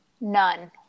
none